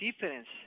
difference